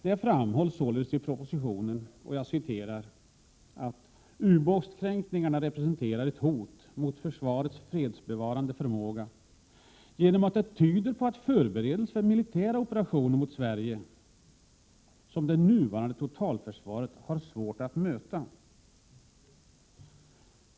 Det framhålls således i propositionen att ”ubåtskränkningarna det mot främmande undervattensverksamhet representerar ett hot mot försvarets fredsbevarande förmåga genom att det tyder på förberedelser för militära operationer mot Sverige som det nuvarande totalförsvaret har svårt att möta.